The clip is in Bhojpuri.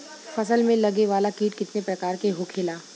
फसल में लगे वाला कीट कितने प्रकार के होखेला?